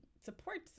supports